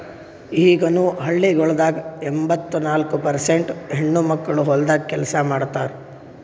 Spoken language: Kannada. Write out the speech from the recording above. ಈಗನು ಹಳ್ಳಿಗೊಳ್ದಾಗ್ ಎಂಬತ್ತ ನಾಲ್ಕು ಪರ್ಸೇಂಟ್ ಹೆಣ್ಣುಮಕ್ಕಳು ಹೊಲ್ದಾಗ್ ಕೆಲಸ ಮಾಡ್ತಾರ್